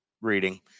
reading